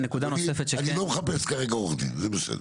אני לא מחפש כרגע עורך דין, זה בסדר.